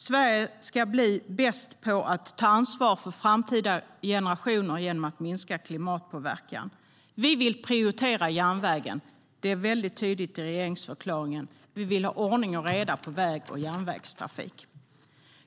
Sverige ska bli bäst på att ta ansvar för framtida generationer genom att minska klimatpåverkan. Vi vill prioritera järnvägen. Det är väldigt tydligt i regeringsförklaringen. Vi vill ha ordning och reda på väg och järnvägstrafik.